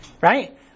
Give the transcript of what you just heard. right